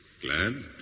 Glad